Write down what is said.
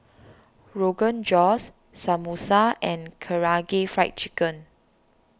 Rogan Josh Samosa and Karaage Fried Chicken